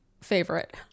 favorite